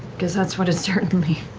because that's what it certainly